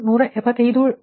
05 J 0 ಮತ್ತು ಇದು minus 0